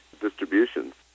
distributions